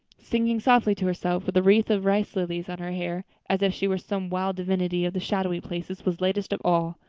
singing softly to herself, with a wreath of rice lilies on her hair as if she were some wild divinity of the shadowy places, was latest of all.